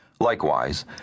Likewise